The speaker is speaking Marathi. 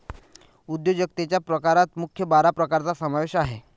उद्योजकतेच्या प्रकारात मुख्य बारा प्रकारांचा समावेश आहे